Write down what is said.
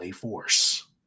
Force